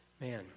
man